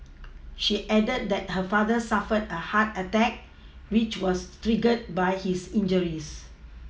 she added that her father suffered a heart attack which was triggered by his injuries